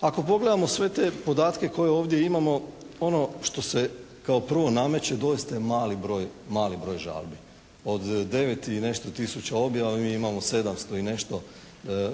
Ako pogledamo sve te podatke koje ovdje imamo ono što se kao prvo nameće doista je mali broj žalbi. Od 9 i nešto tisuća objava, mi imamo 700 i nešto